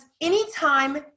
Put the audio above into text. anytime